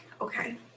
okay